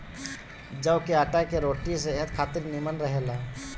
जव के आटा के रोटी सेहत खातिर निमन रहेला